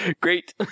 Great